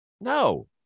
No